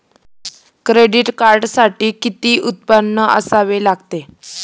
Credit कार्डसाठी किती उत्पन्न असावे लागते?